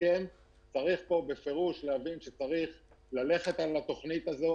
צריך להבין בפירוש שצריך ללכת על התכנית הזאת